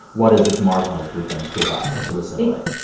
what is this marginalized group going to give up to assimilate?